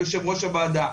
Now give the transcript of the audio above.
יושב ראש הוועדה,